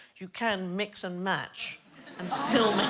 you can mix and match and